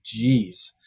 Jeez